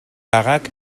байгааг